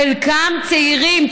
חלקם צעירים,